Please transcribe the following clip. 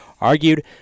argued